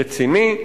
רציני,